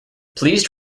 pleased